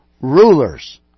rulers